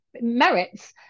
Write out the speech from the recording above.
merits